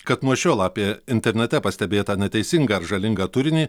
kad nuo šiol apie internete pastebėtą neteisingą ar žalingą turinį